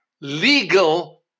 legal